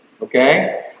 okay